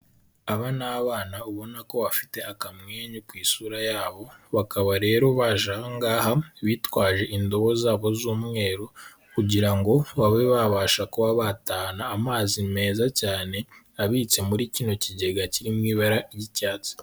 Aba ni ibana ubona ko bafite akamwenyu ku isura yabo, bakaba rero baje aha ngaha bitwaje indobo zabo z'umweru kugira ngo babe babasha kuba batahana amazi meza cyane abitse muri kino kigega kiri mu ibara ry'icyatsi.